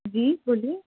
जी बोलिए